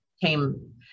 came